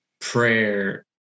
prayer